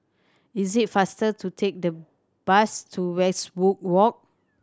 is it faster to take the bus to Westwood Walk